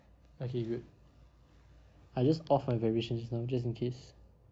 okay good I just off my vibration just now just in case